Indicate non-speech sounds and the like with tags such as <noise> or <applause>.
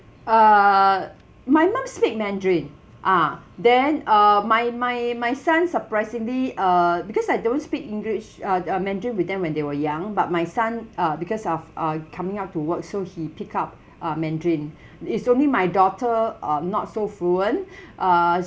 uh my mum speak mandarin ah then uh my my my son surprisingly uh because I don't speak english uh uh mandarin with them when they were young but my son uh because of uh coming out to work so he picked up <breath> uh mandarin <breath> it's only my daughter um not so fluent <breath> uh